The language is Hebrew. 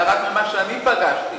אלא רק ממה שאני פגשתי.